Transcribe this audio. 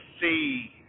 see